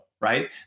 right